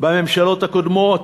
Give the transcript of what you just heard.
בממשלות הקודמות,